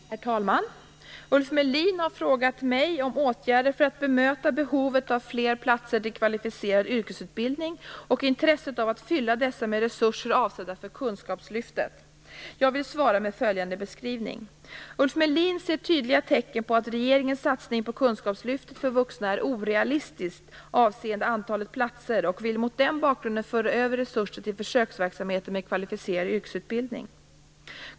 Herr talman! Ulf Melin har frågat mig om åtgärder för att bemöta behovet av fler platser till Kvalificerad yrkesutbildning och intresset av att tillgodose detta med resurser avsedda för Kunskapslyftet. Jag vill svara med följande beskrivning. Ulf Melin ser tydliga tecken på att regeringens satsning på Kunskapslyftet för vuxna är orealistiskt avseende antalet platser och vill mot den bakgrunden föra över resurser till försöksverksamheten med Kvalificerad yrkesutbildning.